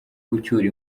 gucyura